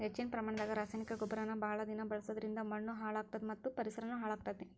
ಹೆಚ್ಚಿನ ಪ್ರಮಾಣದಾಗ ರಾಸಾಯನಿಕ ಗೊಬ್ಬರನ ಬಹಳ ದಿನ ಬಳಸೋದರಿಂದ ಮಣ್ಣೂ ಹಾಳ್ ಆಗ್ತದ ಮತ್ತ ಪರಿಸರನು ಹಾಳ್ ಆಗ್ತೇತಿ